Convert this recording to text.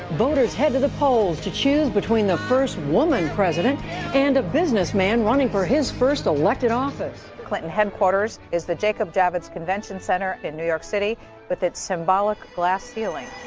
voters head to the polls to choose between the first woman president and a business man running for his first elected office clinton headquarters is the jacob javits convention center in new york city with its symbolic glass ceiling